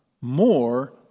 more